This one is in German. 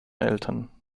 eltern